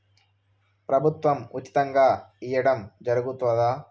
ప్రభుత్వం ఉచితంగా ఇయ్యడం జరుగుతాదా?